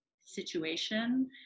situation